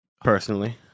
personally